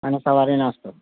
અને સવારે નાસ્તો